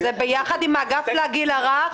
זה ביחד עם האגף לגיל הרך?